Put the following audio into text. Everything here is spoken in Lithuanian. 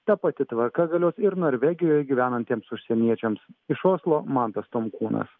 ta pati tvarka galios ir norvegijoje gyvenantiems užsieniečiams iš oslo mantas tomkūnas